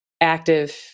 active